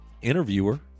interviewer